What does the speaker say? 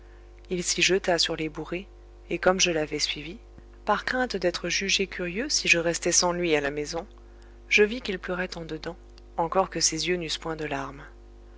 il s'y jeta sur les bourrées et comme je l'avais suivi par crainte d'être jugé curieux si je restais sans lui à la maison je vis qu'il pleurait en dedans encore que ses yeux n'eussent point de larmes